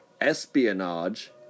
espionage